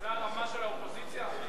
זה הרמה של האופוזיציה?